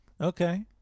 Okay